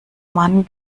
mann